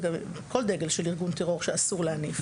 כל דגל של ארגון טרור שאסור להניף.